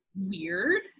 weird